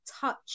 touch